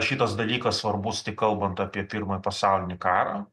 šitas dalykas svarbus tik kalbant apie pirmąjį pasaulinį karą